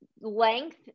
length